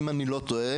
אם אני לא טועה,